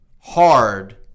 hard